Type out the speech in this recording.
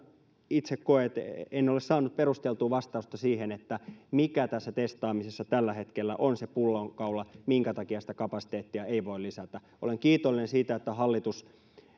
itse koen että en ole saanut perusteltua vastausta siihen mikä tässä testaamisessa tällä hetkellä on se pullonkaula minkä takia sitä kapasiteettia ei voi lisätä olen kiitollinen siitä että hallitus